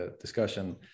discussion